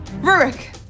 Rurik